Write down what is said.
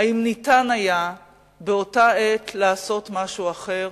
האם ניתן היה באותה עת לעשות משהו אחר.